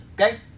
okay